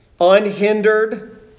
unhindered